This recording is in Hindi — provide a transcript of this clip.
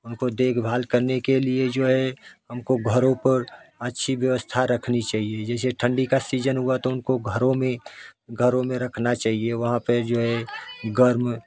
उनको देखभाल करने के लिए जो है हमको घरों पर अच्छी व्यवस्था रखनी चाहिए जैसे ठंडी का सीजन हुआ तो उनको घरों में घरों में रखना चाहिए वहाँ पर जो है गर्म